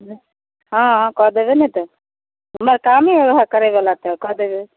हँ हँ कऽ देबै ने तऽ हमर कामे हय ओएह करै बला तऽ कऽ देबै